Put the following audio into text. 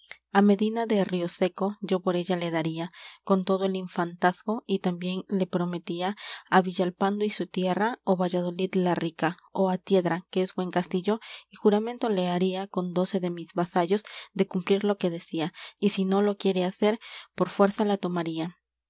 á medina de rioseco yo por ella la daría con todo el infantazgo y también le prometía á villalpando y su tierra ó valladolid la rica ó á tiedra que es buen castillo y juramento la haría con doce de mis vasallos de cumplir lo que decía y si no lo quiere hacer por fuerza la tomaría